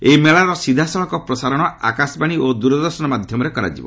ଏହି ମେଳାର ସିଧାସଳଖ ପ୍ରସାରଣ ଆକାଶବାଣୀ ଓ ଦ୍ୱରଦର୍ଶନ ମାଧ୍ୟମରେ କରାଯିବ